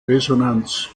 resonanz